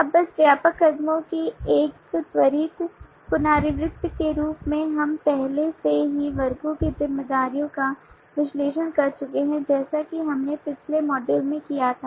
अब बस व्यापक कदमों की एक त्वरित पुनरावृत्ति के रूप में हम पहले से ही वर्गों की जिम्मेदारियों का विश्लेषण कर चुके हैं जैसे कि हमने पिछले मॉड्यूल में किया था